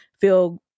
feel